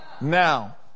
Now